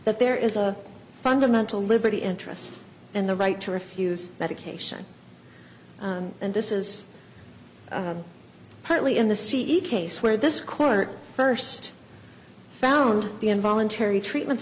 that there is a fundamental liberty interest and the right to refuse medication and this is partly in the c e case where this court first found the involuntary treatment